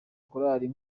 choir